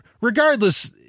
regardless